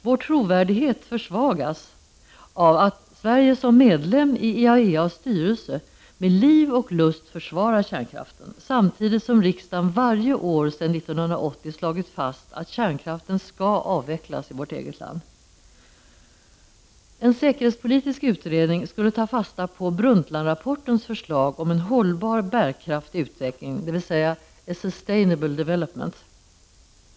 Vår trovärdighet försvagas av att Sverige som medlem i IAEA:a styrelse med liv och lust försvarar kärnkraften, samtidigt som riksdagen varje år sedan 1980 slagit fast att kärnkraften skall avvecklas i vårt eget land. En säkerhetspolitisk utredning skulle ta fasta på Brundtland-rapportens förslag om en hållbar, bärkraftig utveckling, dvs. a sustainable development.